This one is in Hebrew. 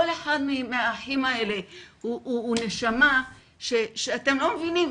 כל אחד מהאחים הוא נשמה שאתם לא מבינים,